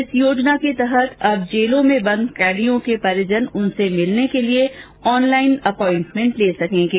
इस योजना के तहत अब जेलों में बंद कैदियों के परिजन उनसे मिलने के लिए ऑनलाइन अपॉइंटमेंट ले सकेंगे